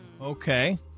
Okay